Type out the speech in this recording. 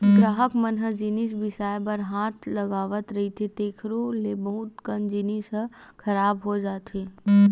गराहक मन ह जिनिस बिसाए बर हाथ लगावत रहिथे तेखरो ले बहुत कन जिनिस ह खराब हो जाथे